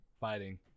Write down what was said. fighting